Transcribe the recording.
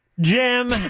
Jim